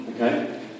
Okay